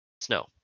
snow